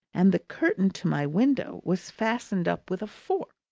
and the curtain to my window was fastened up with a fork.